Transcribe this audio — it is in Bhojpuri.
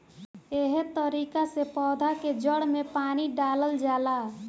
एहे तरिका से पौधा के जड़ में पानी डालल जाला